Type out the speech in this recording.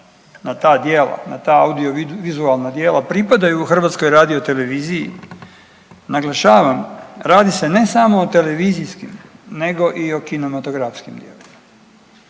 na ta djela, na ta audiovizualna djela pripadaju HRT-u. Naglašavam, radi se ne samo o televizijskim nego i o kinematografskih djelima.